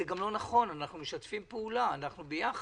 זה גם לא נכון, אנחנו משתפים פעולה, אנחנו ביחד.